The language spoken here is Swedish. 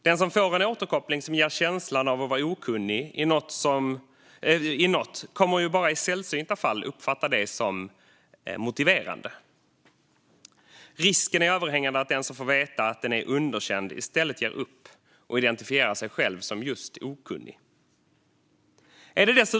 Den som får en återkoppling som ger känslan av att vara okunnig i något kommer bara att i sällsynta fall uppfatta det som motiverande. Risken är överhängande att den som får veta att den är underkänd i stället ger upp och identifierar sig själv som just okunnig.